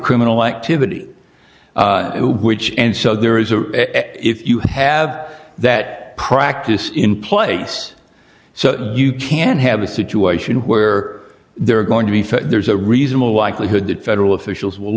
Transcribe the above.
criminal activity which and so there is a if you have that practice in place so you can have a situation where they're going to be fair there's a reasonable likelihood that federal officials w